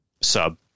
Sub